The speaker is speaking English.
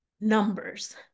numbers